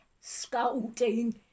scolding